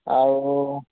ଆଉ